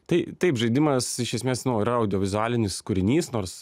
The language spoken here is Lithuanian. tai taip žaidimas iš esmės nu yra audiovizualinis kūrinys nors